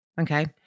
Okay